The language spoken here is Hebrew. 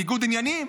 ניגוד עניינים?